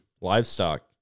livestock